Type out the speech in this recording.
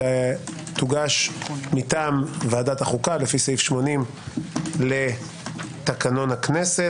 תוגש מטעם ועדת החוקה לפי סעיף 80 לתקנון הכנסת,